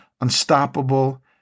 unstoppable